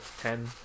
ten